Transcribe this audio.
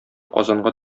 казанга